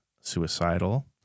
suicidal